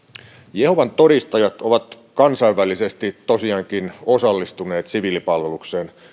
jehovan todistajat ovat kansainvälisesti tosiaankin osallistuneet siviilipalvelukseen